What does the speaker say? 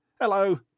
Hello